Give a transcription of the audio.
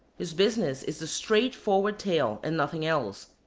his business is the straightforward tale and nothing else.